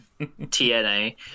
tna